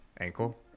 ankle